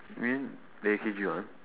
you mean the A_K_G one